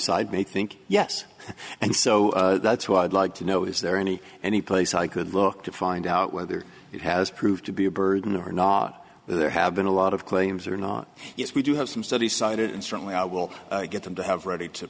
side may think yes and so that's what i'd like to know is there any any place i could look to find out whether it has proved to be a burden or not there have been a lot of claims or not yes we do have some studies cited and certainly i will get them to have ready to